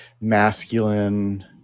masculine